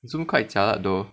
Zoom quite jialat though